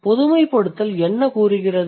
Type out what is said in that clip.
பொதுமைப்படுத்தல் என்ன கூறுகிறது